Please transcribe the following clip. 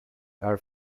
are